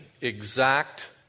exact